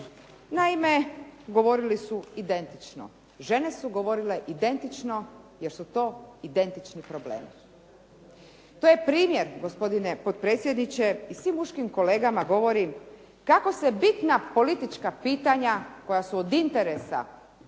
trebalo proći nezamijećeno, žene su govorile identično, jer su to identični problemi. To je primjer, gospodine potpredsjedniče, i svim muškim kolegama govorim, kako se bitna politička pitanja koja su od interesa